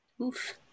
Oof